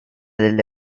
delle